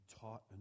taught